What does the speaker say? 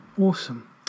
awesome